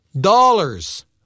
Dollars